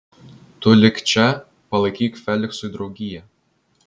tu lik čia palaikyk feliksui draugiją